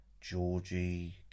Georgie